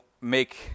make